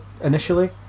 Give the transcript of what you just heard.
initially